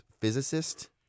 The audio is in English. physicist